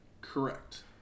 Correct